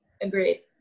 Agreed